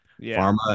Pharma